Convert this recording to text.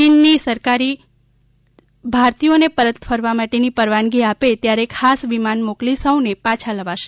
ચીન ની સરકાર ભરતિયો ને પરત ફરવા માટે ની પરવાનગી આપે ત્યારે ખાસ વિમાન મોકલી સૌ ને પાછા લાવશે